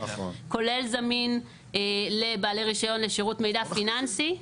כולל זמין לבעלי רישיון לשירות מידע פיננסי,